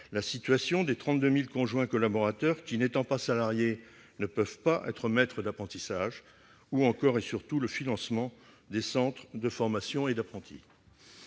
la situation des 32 000 conjoints collaborateurs, qui, n'étant pas salariés, ne peuvent être maîtres d'apprentissage, ou encore, et surtout, le financement des centres de formation des apprentis.